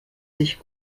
sich